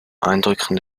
einrücken